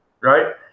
right